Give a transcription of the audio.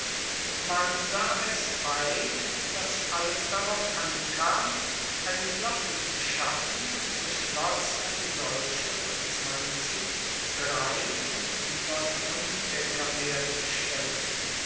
man sah es ein dass alles darauf ankam eine flotte zu schaffen und beschloss eine solche von zwanzig drei und hundert fuenfdeckern herzustellen